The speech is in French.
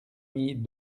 mis